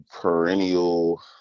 perennial